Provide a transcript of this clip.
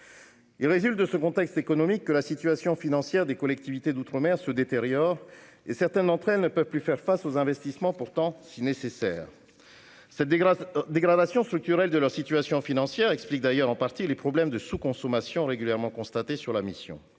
Il résulte de ce contexte économique que la situation financière des collectivités d'outre-mer se détériore. Certaines d'entre elles n'ont plus les moyens de leurs investissements, pourtant si nécessaires. Cette dégradation structurelle de leur situation financière explique d'ailleurs en partie les problèmes de sous-consommation régulièrement constatés sur la mission.